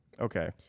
Okay